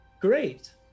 Great